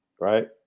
right